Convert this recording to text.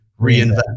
reinvent